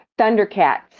Thundercats